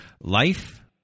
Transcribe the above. life